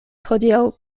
hodiaŭ